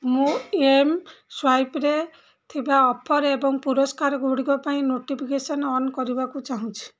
ମୁଁ ଏମ୍ସ୍ୱାଇପ୍ରେ ଥିବା ଅଫର୍ ଏବଂ ପୁରସ୍କାରଗୁଡ଼ିକ ପାଇଁ ନୋଟିଫିକେସନ୍ ଅନ୍ କରିବାକୁ ଚାହୁଁଛି